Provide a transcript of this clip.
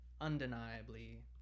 undeniably